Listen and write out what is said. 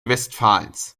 westfalens